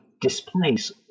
displace